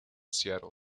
seattle